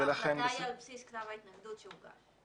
ההחלטה היא על בסיס כתב ההתנגדות שהוגש.